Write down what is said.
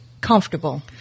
comfortable